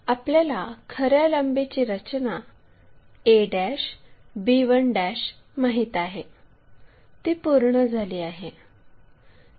आपल्याला ख या लांबीची रचना a b1 माहित आहे ती पूर्ण झाली आहे